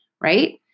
right